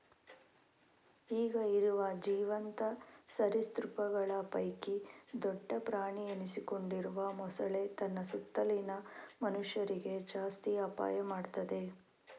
ಈಗ ಇರುವ ಜೀವಂತ ಸರೀಸೃಪಗಳ ಪೈಕಿ ದೊಡ್ಡ ಪ್ರಾಣಿ ಎನಿಸಿಕೊಂಡಿರುವ ಮೊಸಳೆ ತನ್ನ ಸುತ್ತಲಿನ ಮನುಷ್ಯರಿಗೆ ಜಾಸ್ತಿ ಅಪಾಯ ಮಾಡ್ತದೆ